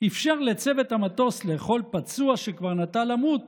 אפשר לצוות המטוס לאכול פצוע שכבר נטה למות